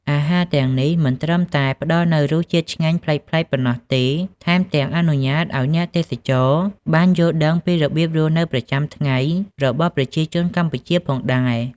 អាហារទាំងនេះមិនត្រឹមតែផ្តល់នូវរសជាតិឆ្ងាញ់ប្លែកៗប៉ុណ្ណោះទេ ថែមទាំងអនុញ្ញាតឱ្យអ្នកទេសចរបានយល់ដឹងពីរបៀបរស់នៅប្រចាំថ្ងៃរបស់ប្រជាជនកម្ពុជាផងដែរ។